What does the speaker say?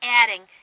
adding